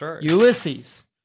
Ulysses